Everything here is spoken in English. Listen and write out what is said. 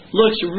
looks